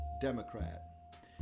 Democrat